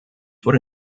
would